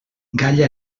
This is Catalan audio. gall